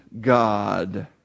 God